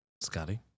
Scotty